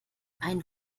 ein